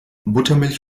buttermilch